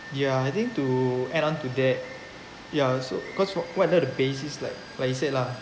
ya I think to add onto that ya so cause want to know the basis like like you said lah